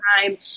time